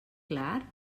clar